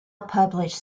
published